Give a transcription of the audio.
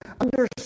understand